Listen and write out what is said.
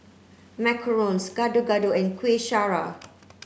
Macarons Gado Gado and Kueh Syara